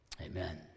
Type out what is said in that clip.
amen